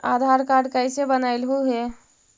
आधार card कईसे बनैलहु हे?